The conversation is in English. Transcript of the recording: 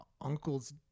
uncle's